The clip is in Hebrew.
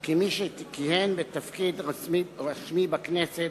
כי מי שכיהן בתפקיד רשמי בכנסת,